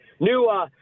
New